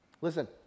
Listen